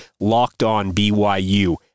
lockedonbyu